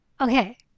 okay